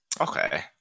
Okay